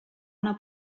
una